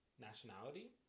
nationality